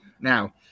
Now